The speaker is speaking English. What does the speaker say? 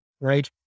right